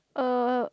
uh